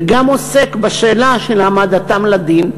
וגם עוסק בשאלה של העמדתם לדין.